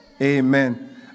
Amen